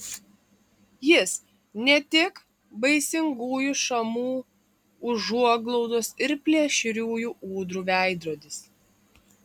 jis ne tik baisingųjų šamų užuoglaudos ir plėšriųjų ūdrų veidrodis